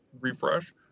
refresh